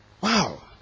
Wow